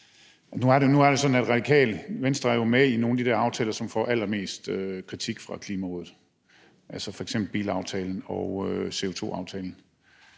Nu er det sådan, at Radikale Venstre jo er med i nogle af de der aftaler, som får allermest kritik fra Klimarådet, f.eks. bilaftalen og CO2-aftalen,